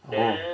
oh